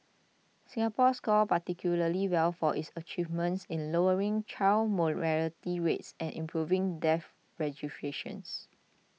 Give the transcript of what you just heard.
Singapore scored particularly well for its achievements in lowering child mortality rates and improving death registration